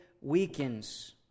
weakens